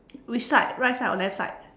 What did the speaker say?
which side right side or left side